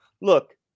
Look